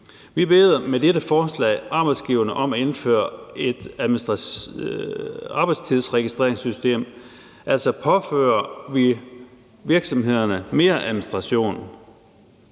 Vi beder med dette forslag arbejdsgiverne om at indføre et arbejdstidsregistreringssystem. Vi påfører altså virksomhederne mere administration,